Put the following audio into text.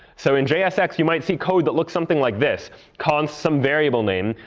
so in jsx, you might see code that looks something like this const, some variable name,